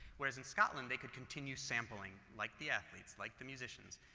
whereas, in scotland, they could continue sampling like the athletes, like the musicians,